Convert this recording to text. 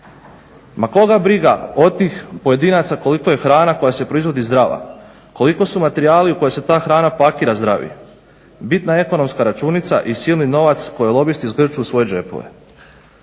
Ma koga briga od tih pojedinaca koliko je hrana koja se proizvodi zdrava, koliko su materijali u koje se ta hrana pakira zdravi, bitna je ekonomska računica i silni novac koji lobisti zgrću u svoje džepove.